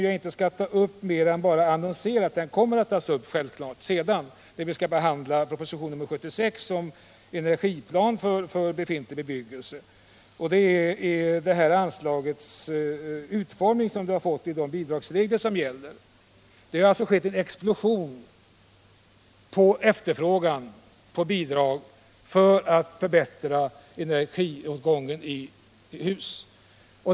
Jag vill också kort beröra en annan fråga som kommer att tas upp senare i samband med att vi behandlar propositionen 76 om energiplan för befintlig bebyggelse, och det gäller utformningen av anslaget enligt gällande bidragsregler. Det har skett en explosion när det gäller efterfrågan på bidrag för att minska energiåtgången i hus.